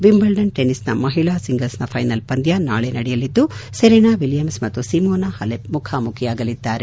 Wimbledon ಟೆನಿಸ್ನ ಮಹಿಳಾ ಸಿಂಗಲ್ಸ್ನ ಫೈನಲ್ ಪಂದ್ಯ ನಾಳೆ ನಡೆಯಲಿದ್ದು ಸೆರೆನಾ ವಿಲಿಯಮ್ಸ್ ಮತ್ತು ಸಿಮೋನಾ ಹಲೆಪ್ ಮುಖಾಮುಖಿಯಾಗಲಿದ್ದಾರೆ